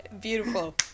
beautiful